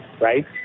right